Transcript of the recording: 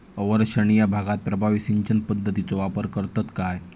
अवर्षणिय भागात प्रभावी सिंचन पद्धतीचो वापर करतत काय?